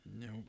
Nope